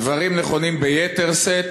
הדברים נכונים ביתר שאת,